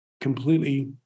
completely